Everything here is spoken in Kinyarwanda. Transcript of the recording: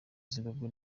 zimbabwe